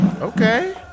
Okay